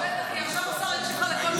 בטח, השר יקשיב לך לכל מילה.